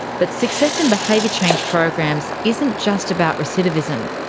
but success in behaviour change programs isn't just about recidivism.